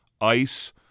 ice